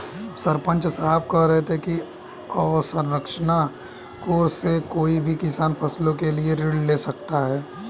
सरपंच साहब कह रहे थे कि अवसंरचना कोर्स से कोई भी किसान फसलों के लिए ऋण ले सकता है